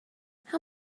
how